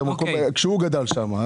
פריפריה, בפרט כאשר הוא גדל שם.